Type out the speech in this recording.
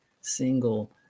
single